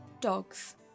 Dogs